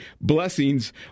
blessings